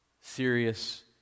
Serious